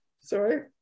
Sorry